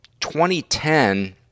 2010